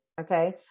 Okay